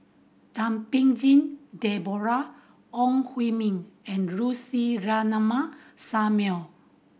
Thum Ping Tjin Deborah Ong Hui Min and Lucy Ratnammah Samuel